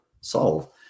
solve